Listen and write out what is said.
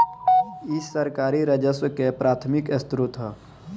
इ सरकारी राजस्व के प्राथमिक स्रोत ह